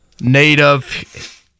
native